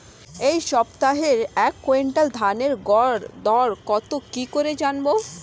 এই সপ্তাহের এক কুইন্টাল ধানের গর দর কত কি করে জানবো?